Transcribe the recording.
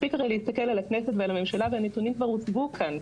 מספיק להסתכל על הכנסת ועל הממשלה והנתונים כבר הוצגו כאן,